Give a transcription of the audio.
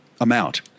amount